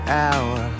hour